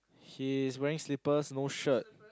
he's wearing slippers no shirt